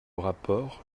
rapport